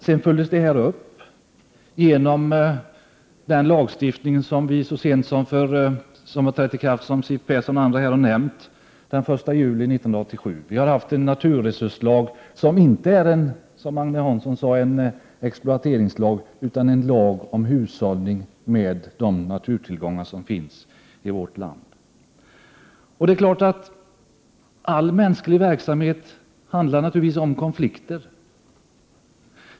Detta följdes upp genom den lagstiftning som har trätt i kraft så sent som den 1 juli 1987, som Siw Persson och andra här har nämnt. Vi har haft en naturresurslag som inte är — som Agne Hansson sade — en exploateringslag, utan en lag om hushållning med de naturresurser som finns i vårt land. All mänsklig verksamhet handlar naturligtvis om konflikter.